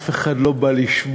אף אחד לא בא לשמוע,